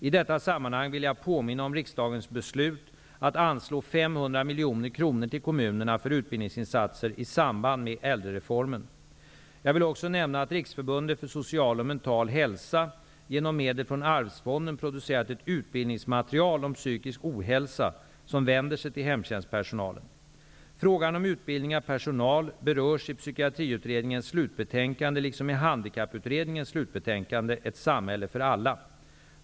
I detta sammanhang vill jag påminna om riksdagens beslut att anslå 500 Jag vill också nämna att Riksförbundet för Social och Mental Hälsa genom medel från Arvsfonden producerat ett utbildningsmaterial om psykisk ohälsa som vänder sig till hemtjänstpersonalen. Frågan om utbildning av personal berörs i Handikapputredningens slutbetänkande Ett samhälle för alla.